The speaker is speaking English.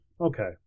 okay